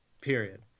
period